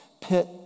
pit